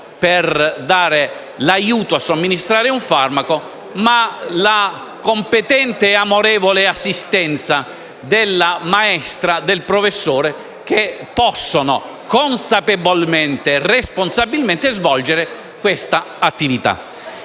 per la somministrazione di un farmaco, ma la competente e amorevole assistenza della maestra o del professore, i quali possono consapevolmente e responsabilmente svolgere una tale attività.